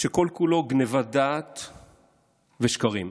שכל-כולו גנבת דעת ושקרים.